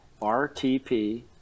rtp